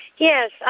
Yes